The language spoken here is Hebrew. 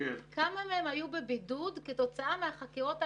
כמה מהם היו בבידוד כתוצאה מהחקירות האפידמיולוגיות?